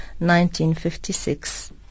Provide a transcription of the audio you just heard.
1956